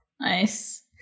Nice